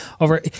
over